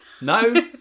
no